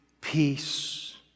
peace